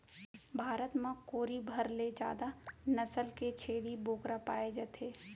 भारत म कोरी भर ले जादा नसल के छेरी बोकरा पाए जाथे